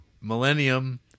Millennium